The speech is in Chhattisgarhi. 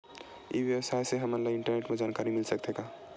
ई व्यवसाय से हमन ला इंटरनेट मा जानकारी मिल सकथे का?